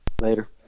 Later